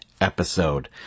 episode